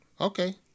Okay